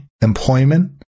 employment